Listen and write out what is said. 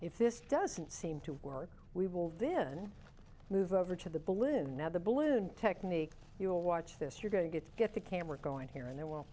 if this doesn't seem to work we will then move over to the balloon now the balloon technique you'll watch this you're going to get to get the camera going to here and there well